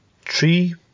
three